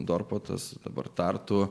dorpatas dabar tartu